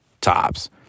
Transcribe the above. Tops